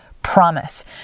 Promise